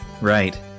right